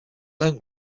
loan